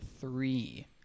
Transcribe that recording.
three